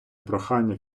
прохання